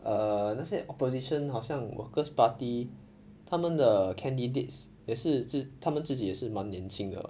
err 那些 opposition 好像 workers' party 他们的 candidates 也是自他们自己也是蛮年轻的